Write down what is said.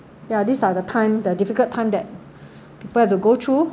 ya these are the time the difficult time that people have to go through